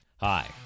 Hi